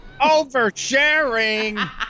Oversharing